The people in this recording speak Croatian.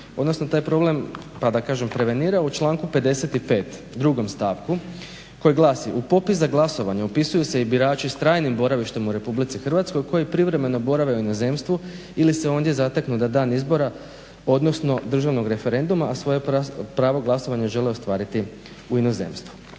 odnosno taj problem pa da kažem prevenirao u članku 55.drugom stavku koji glasi "U popis za glasovanje upisuju se i birači s trajnim boravištem u RH koji privremeno borave u inozemstvu ili se ondje zateknu na dan izbora odnosno državnog referenduma, a svoje pravo glasovanja žele ostvariti u inozemstvu".